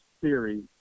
theory